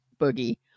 Boogie